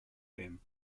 them